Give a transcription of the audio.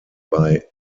bei